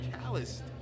calloused